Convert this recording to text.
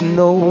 no